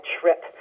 trip